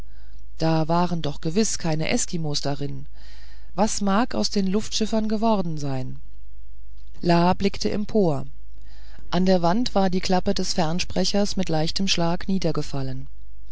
da waren doch gewiß keine eskimos darin was mag aus den luftschiffern geworden sein la blickte empor an der wand war die klappe des fernsprechers mit leichtem schlag